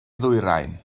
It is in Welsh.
ddwyrain